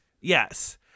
yes